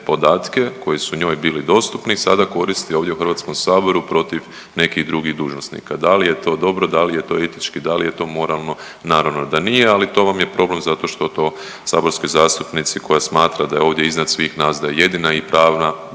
koji su njoj bili dostupni sada koristi ovdje u Hrvatskom saboru protiv nekih drugih dužnosnika. Da li je to dobro, da li je to etički, da li je to moralno. Naravno da nije, ali to vam je problem zato što to saborskoj zastupnici koja smatra da je ovdje iznad svih nas, da je jedina prava iskrena